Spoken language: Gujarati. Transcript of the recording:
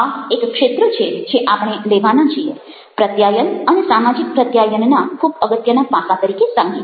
આ એક ક્ષેત્ર છે જે આપણે લેવાના છીએ પ્રત્યાયન અને સામાજિક પ્રત્યાયનના ખૂબ અગત્યના પાસા તરીકે સંગીત